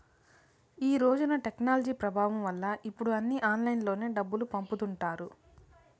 ఈ రోజున టెక్నాలజీ ప్రభావం వల్ల ఇప్పుడు అన్నీ ఆన్లైన్లోనే డబ్బులు పంపుతుంటారు